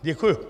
Děkuji.